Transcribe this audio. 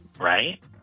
Right